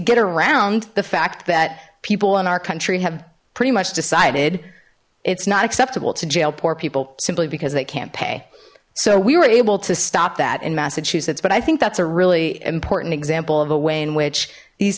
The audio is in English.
get around the fact that people in our country have pretty much decided it's not acceptable to poor people simply because they can't pay so we were able to stop that in massachusetts but i think that's a really important example of a way in which these